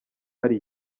hari